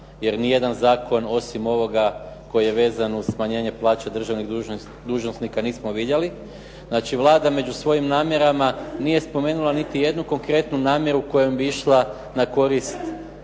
jer ni jedan zakon osim ovoga koji je vezan uz smanjenje plaće državnih dužnosnika nismo vidjeli. Znači Vlada među svojim namjerama nije spomenula niti jednu konkretnu namjeru kojom bi išla na korist